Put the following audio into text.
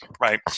right